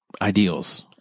ideals